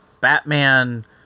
Batman